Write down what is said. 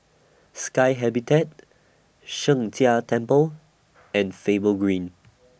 Sky Habitat Sheng Jia Temple and Faber Green